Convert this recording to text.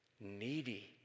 needy